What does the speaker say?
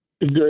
Good